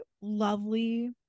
lovely